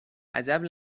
عجب